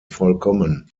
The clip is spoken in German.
vollkommen